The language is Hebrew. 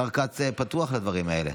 השר כץ פתוח לדברים האלה.